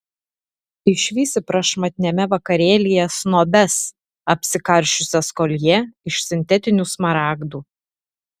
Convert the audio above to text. išvysi prašmatniame vakarėlyje snobes apsikarsčiusias koljė iš sintetinių smaragdų